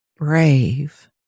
Brave